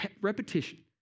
repetition